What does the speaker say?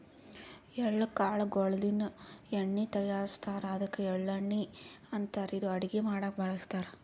ಎಳ್ಳ ಕಾಳ್ ಗೋಳಿನ್ದ ಎಣ್ಣಿ ತಯಾರಿಸ್ತಾರ್ ಅದ್ಕ ಎಳ್ಳಣ್ಣಿ ಅಂತಾರ್ ಇದು ಅಡಗಿ ಮಾಡಕ್ಕ್ ಬಳಸ್ತಾರ್